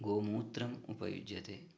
गोमूत्रम् उपयुज्यते